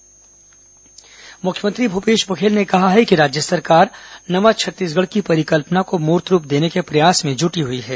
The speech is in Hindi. मुख्यमंत्री नई दिल्ली मुख्यमंत्री भूपेश बघेल ने कहा है कि राज्य सरकार नवा छत्तीसगढ़ की परिकल्पना को मूर्त रूप देने के प्रयास में जुटी हुई है